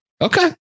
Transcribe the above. Okay